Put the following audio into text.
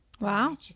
wow